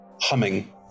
humming